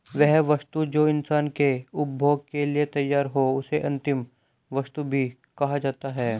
वह वस्तु जो इंसान के उपभोग के लिए तैयार हो उसे अंतिम वस्तु भी कहा जाता है